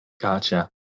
gotcha